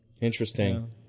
Interesting